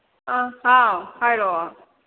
ꯍꯥꯎ ꯍꯥꯏꯔꯛꯑꯣ